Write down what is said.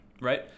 right